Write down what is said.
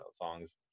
songs